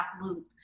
Loop